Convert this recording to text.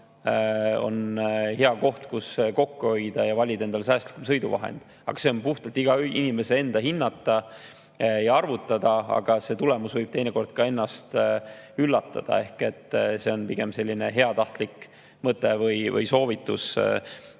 see on hea koht, kus kokku hoida ja valida endale säästlikum sõiduvahend. See on puhtalt iga inimese enda hinnata ja arvutada, aga tulemus võib teinekord ka ennast üllatada. See on pigem selline heatahtlik mõte või soovitus.